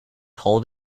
hold